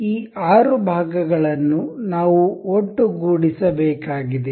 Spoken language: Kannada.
ಈ ಆರು ಭಾಗಗಳನ್ನು ನಾವು ಒಟ್ಟುಗೂಡಿಸಬೇಕಾಗಿದೆ